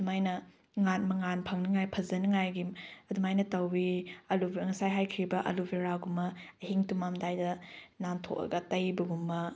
ꯑꯗꯨꯃꯥꯏꯅ ꯃꯉꯥꯟ ꯐꯪꯅꯤꯡꯉꯥꯏ ꯐꯖꯅꯤꯡꯉꯥꯏꯒꯤ ꯑꯗꯨꯃꯥꯏꯅ ꯇꯧꯏ ꯉꯁꯥꯏ ꯍꯥꯏꯈ꯭ꯔꯤꯕ ꯑꯦꯂꯣꯚꯦꯔꯥꯒꯨꯝꯕ ꯑꯍꯤꯡ ꯇꯨꯝꯃꯝꯗꯥꯏꯗ ꯅꯥꯟꯊꯣꯛꯑꯒ ꯇꯩꯕꯒꯨꯝꯕ